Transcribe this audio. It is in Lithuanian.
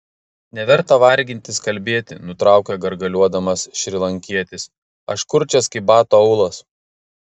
neverta vargintis kalbėti nutraukė gargaliuodamas šrilankietis aš kurčias kaip bato aulas